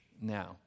now